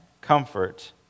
comfort